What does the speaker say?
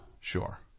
Sure